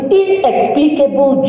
inexplicable